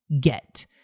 get